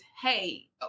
Hey